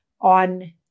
on